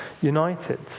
united